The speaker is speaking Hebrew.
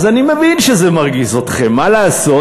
אז אני מבין שזה מרגיז אתכם, מה לעשות.